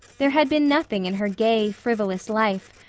there had been nothing in her gay, frivolous life,